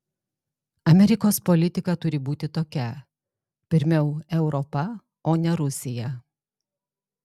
amerikos politika turi būti tokia pirmiau europa o ne rusija